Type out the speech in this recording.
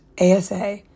ASA